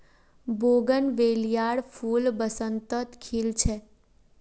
बोगनवेलियार फूल बसंतत खिल छेक